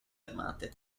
armate